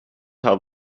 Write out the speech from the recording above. how